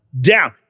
down